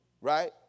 Right